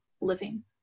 living